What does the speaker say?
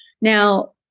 Now